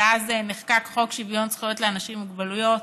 אז נחקק חוק שוויון זכויות לאנשים עם מוגבלויות.